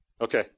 Okay